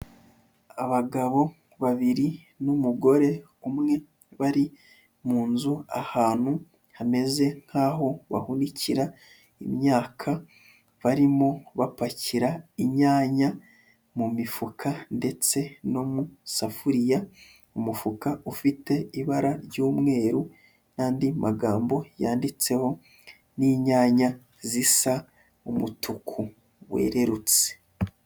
Abagabo babiri n'umugore umwe, bari mu nzu ahantu hameze nk'aho bahunikira imyaka, barimo bapakira inyanya mu mifuka ndetse no mu isafuriya, umufuka ufite ibara ry'umweru n'andi magambo yanditseho n'inyanya zisa umutuku wererutse.